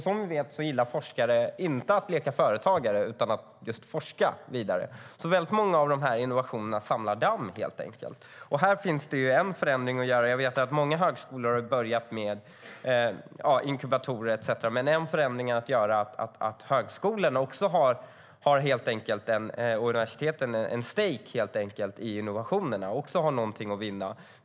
Som vi vet gillar forskare inte att leka företagare, utan de vill just forska vidare. Väldigt många av innovationerna samlar helt enkelt damm. Jag vet att många högskolor har börjat med inkubatorer etcetera, men en förändring att göra är att se till att högskolorna och universiteten också har en "stejk" i innovationerna, också har någonting att vinna.